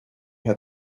had